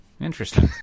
Interesting